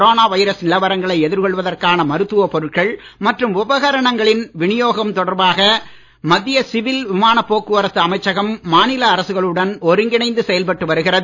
corona virus நிலவரங்களை எதிர்கொள்வதற்கான மருத்துவப் பொருட்கள் மற்றும் உபகரணங்களின் வினியோகம் தொடர்பாக மத்திய சிவில் விமானப் போக்குவரத்து அமைச்சகம் மாநில அரசுகளுடன் ஒருங்கிணைந்து செயல்பட்டு வருகிறது